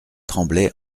tremblay